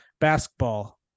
basketball